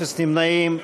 אפס נמנעים.